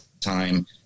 time